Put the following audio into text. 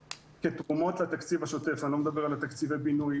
כתרומות לתקציב השוטף אני לא מדבר על תקציבי בינוי.